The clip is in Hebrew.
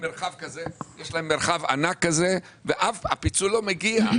מרחב ענק כזה, והפיצוי לא מגיע.